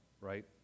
Right